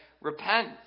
repent